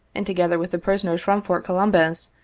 and together with the prisoners from fort columbus,